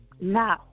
No